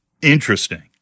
Interesting